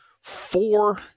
four